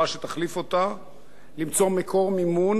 למצוא מקור מימון מעבר לחצי שנה,